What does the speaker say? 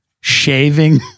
shaving